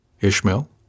Ishmael